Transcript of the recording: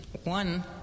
one